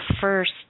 first